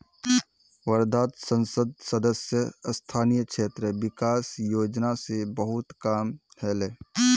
वर्धात संसद सदस्य स्थानीय क्षेत्र विकास योजना स बहुत काम ह ले